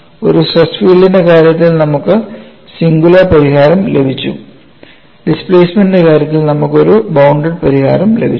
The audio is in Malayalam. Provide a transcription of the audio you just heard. ഒരു സ്ട്രെസ് ഫീൽഡ്ത്തിന്റെ കാര്യത്തിൽ നമുക്ക് സിംഗുലർ പരിഹാരം ലഭിച്ചു ഡിസ്പ്ലേമെൻറ് ന്റെ കാര്യത്തിൽ നമുക്ക് ഒരു ബൌണ്ടഡ് പരിഹാരം ലഭിച്ചു